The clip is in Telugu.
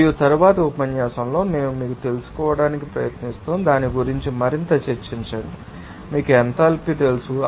మరియు తరువాతి ఉపన్యాసంలో మేము మీకు తెలుసుకోవడానికి ప్రయత్నిస్తాము దాని గురించి మరింత చర్చించండి మీకు ఎంథాల్పీ తెలుసు